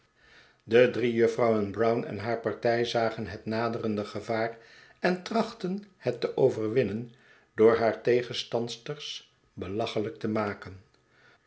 de drie juffrouwen brown en haar partij zagen het naderende gevaar en trachtten het te overwinnen door haar tegenstandsters belachelijk te maken